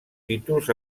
títols